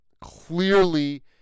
Clearly